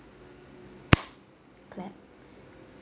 clap